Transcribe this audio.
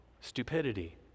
stupidity